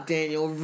Daniel